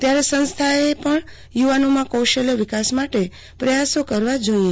ત્યારે સંસ્થાએ પણ યુવાનોમાં કૌશલ્ય વિકાસ માટે પ્રયાસો કરવા જોઇએ